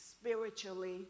spiritually